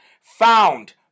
found